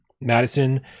Madison